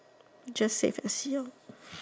just save and see